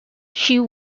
she